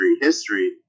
history